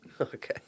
Okay